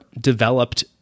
developed